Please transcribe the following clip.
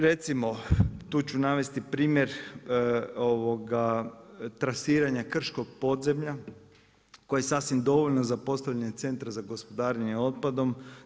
Recimo, tu ću navesti primjer trasiranja krškog podzemlja koje je sasvim dovoljno za postavljanje centra za gospodarenje otpadom.